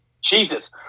Jesus